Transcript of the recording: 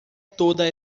toda